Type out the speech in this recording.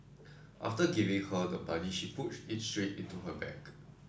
after giving her the money she put it straight into her bag